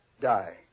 die